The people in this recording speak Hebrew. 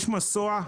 יש מסוע,